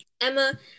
Emma